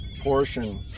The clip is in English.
portion